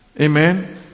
Amen